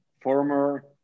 former